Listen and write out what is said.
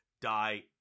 die